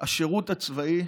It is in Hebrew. השירות הצבאי